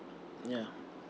ya